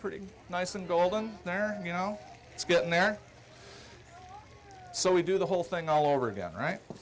pretty nice and golden there you know it's getting there so we do the whole thing all over again right